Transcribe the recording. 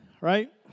Right